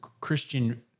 Christian